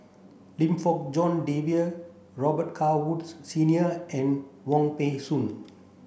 Lim Fong Jock David Robet Carr Woods Senior and Wong Peng Soon